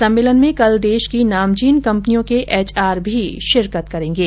सम्मेलन में कल देश की नामचीन कंपनियों के एचआर भी शिरकत करेंगे